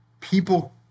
People